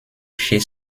chez